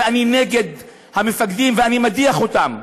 אני נגד המפקדים ואני מדיח אותם.